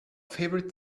favorite